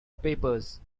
papers